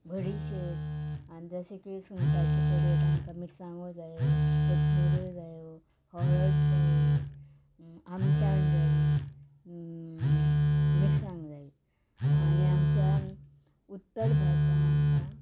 बडीशेप आनी जशे की सुंगटाचे कडयेक आमकां मिरसांगो जाय कोथमिऱ्यो जायो हळद जायी आमटाण जायी मिरसांग जायी आनी आमच्या उत्तर भारतांत आमकां